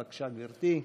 בבקשה, גברתי.